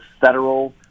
federal